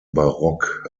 barock